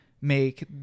make